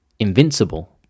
invincible